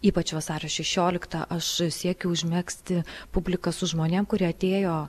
ypač vasario šešioliktą aš siekiu užmegzti publiką su žmonėm kurie atėjo